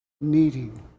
needing